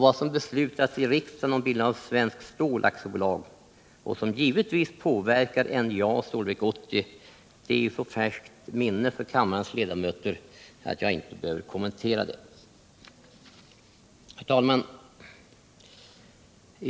Vad som beslutats i riksdagen om bildandet av Svenskt Stål AB — något som givetvis påverkar NJA och Stålverk 80 — är i så pass färskt minne för kammarens ledamöter att jag inte behöver kommentera detta. Herr talman!